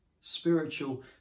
spiritual